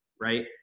Right